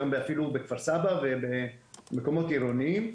אפילו בכפר סבא ומקומות עירוניים.